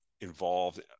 involved